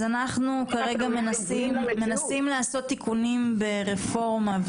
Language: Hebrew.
אנחנו מנסים לעשות תיקונים ברפורמה,